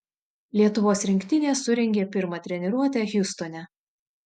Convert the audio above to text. lietuvos rinktinė surengė pirmą treniruotę hjustone